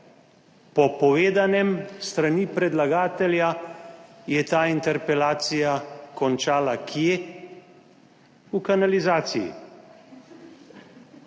Po povedanem s strani predlagatelja je ta interpelacija končala – kje? V kanalizaciji.